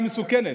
מצוין,